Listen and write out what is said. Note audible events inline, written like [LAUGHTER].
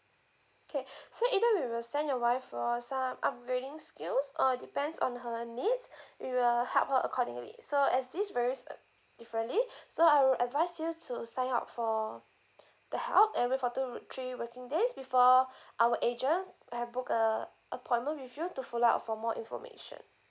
okay [BREATH] so either we will send your wife for some upbringing skills uh depends on her needs [BREATH] we will help her accordingly so as this varies uh differently [BREATH] so I will advise you to sign up for the help and wait for two to three working days before [BREATH] our agent have book a appointment with you to follow up for more information